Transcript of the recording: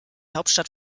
hauptstadt